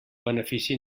benefici